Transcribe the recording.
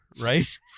right